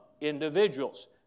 individuals